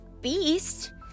beast